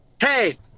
Hey